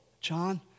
John